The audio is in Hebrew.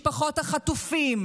משפחות החטופים,